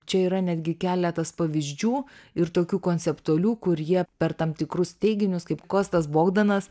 čia yra netgi keletas pavyzdžių ir tokių konceptualių kur jie per tam tikrus teiginius kaip kostas bogdanas